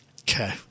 Okay